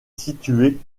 située